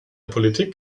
politik